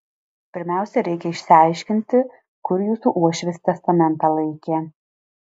pirmiausia reikia išsiaiškinti kur jūsų uošvis testamentą laikė